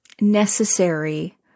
necessary